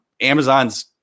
Amazon's